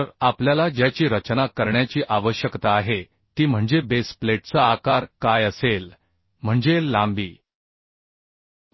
तर आपल्याला ज्याची रचना करण्याची आवश्यकता आहे ती म्हणजे बेस प्लेटचा आकार काय असेल म्हणजे लांबी